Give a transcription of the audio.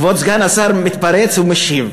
כבוד סגן השר מתפרץ ומשיב.